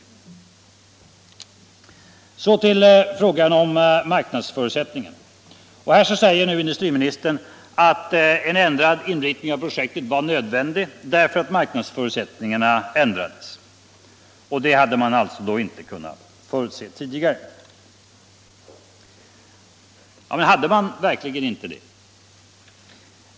Så till frågan om marknadsförutsättningarna. Här säger industriministern att en ändrad inriktning av projektet var nödvändig därför att marknadsförutsättningarna ändrats. Det hade man alltså inte kunnat förutse tidigare. Hade man verkligen inte det?